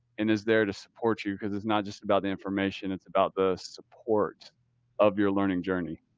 and is there to support you because it's not just about the information, it's about the support of your learning journey.